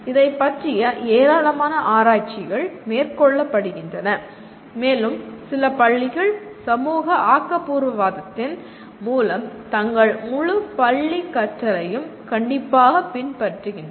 இதைப் பற்றிய ஏராளமான ஆராய்ச்சிகள் மேற்கொள்ளப்படுகின்றன மேலும் சில பள்ளிகள் சமூக ஆக்கபூர்வவாதத்தின் மூலம் தங்கள் முழு பள்ளி கற்றலையும் கண்டிப்பாக பின்பற்றுகின்றன